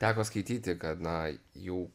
teko skaityti kad na jų